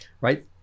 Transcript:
right